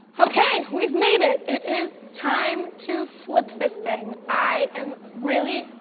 okay, we've made it, it is time to flip this thing. i am really,